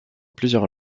plusieurs